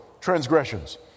transgressions